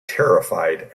terrified